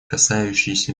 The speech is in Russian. касающиеся